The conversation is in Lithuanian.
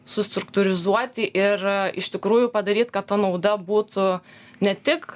sustruktūrizuoti ir iš tikrųjų padaryt kad ta nauda būtų ne tik